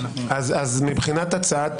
מבחינת הצעת